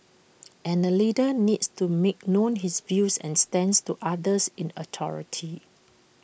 and A leader needs to make known his views and stance to others in authority